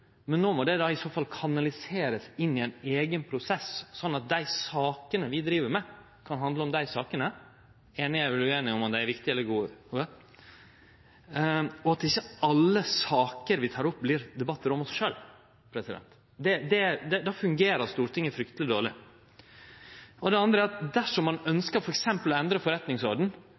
Men det må i så fall kanaliserast inn i ein eigen prosess, slik at dei sakene vi driv med, kan handle om dei sakene – einig eller ueinig i om dei er viktige eller gode – og at ikkje alle saker vi tek opp, vert til debattar om oss sjølve. For då fungerer Stortinget frykteleg dårleg. Det andre er at dersom ein f.eks. ønskjer å endre